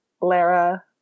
Lara